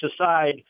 aside